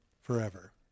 forever